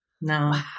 No